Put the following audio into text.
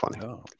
funny